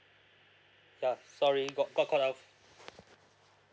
yeah sorry got got cut off